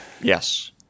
Yes